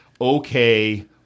okay